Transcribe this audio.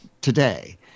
today